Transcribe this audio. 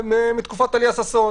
מתקופת טליה ששון.